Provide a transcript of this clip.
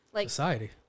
Society